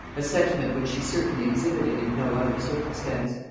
a sentiment which she certainly exhibited in no other circumstance.